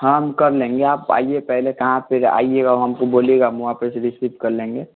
हाँ हम कर लेंगे आप आइए पहले कहाँ पर आइएगा वो हमको बोलिएगा हम वहाँ पर से रिसीव कर लेंगे